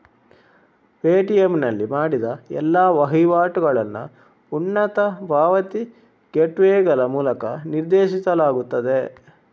Paytm ನಲ್ಲಿ ಮಾಡಿದ ಎಲ್ಲಾ ವಹಿವಾಟುಗಳನ್ನು ಉನ್ನತ ಪಾವತಿ ಗೇಟ್ವೇಗಳ ಮೂಲಕ ನಿರ್ದೇಶಿಸಲಾಗುತ್ತದೆ